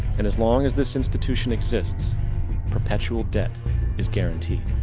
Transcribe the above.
and as long as this institution exists perpetual debt is guaranteed.